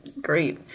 great